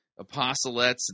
apostolates